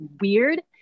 weird